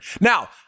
Now